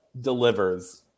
delivers